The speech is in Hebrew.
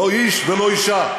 לא איש ולא אישה,